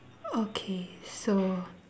okay so